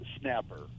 snapper